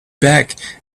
back